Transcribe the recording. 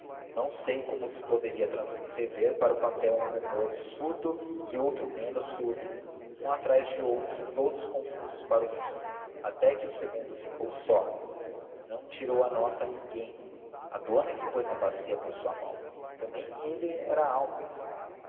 não sei como se poderia transcrever para o papel um rumor surdo e outro menos surdo um atrás de outro e todos confusos para o fim até que o segundo ficou só não tirou a nota a ninguém a dona é que a pôs na bacia por sua mão também ele era alma